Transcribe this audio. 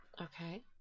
Okay